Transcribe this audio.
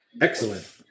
excellent